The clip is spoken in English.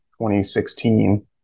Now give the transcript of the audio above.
2016